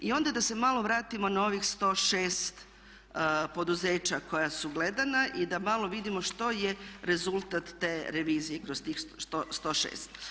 I onda da se malo vratimo na ovih 106 poduzeća koja su gledana i da malo vidimo što je rezultat te revizije kroz tih 106.